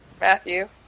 Matthew